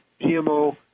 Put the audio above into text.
GMO